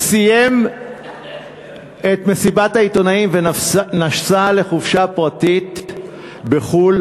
סיים את מסיבת העיתונאים ונסע לחופשה פרטית בחו"ל.